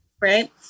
right